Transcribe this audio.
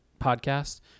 podcast